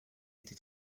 été